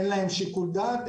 אין להם שיקול דעת,